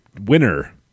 Winner